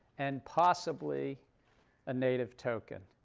and possibly a native token.